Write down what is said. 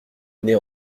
nez